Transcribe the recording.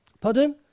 pardon